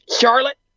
Charlotte